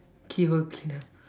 key hole cleaner